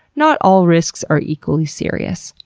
not all risks are equally serious.